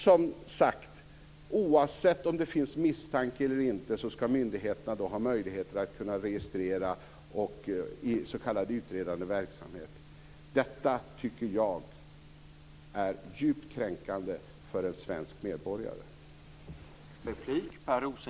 Som sagt: Att myndigheterna skall ha möjlighet att registrera i s.k. utredande verksamhet, oavsett om det finns misstanke eller inte, tycker jag är djupt kränkande för en svensk medborgare.